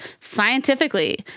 scientifically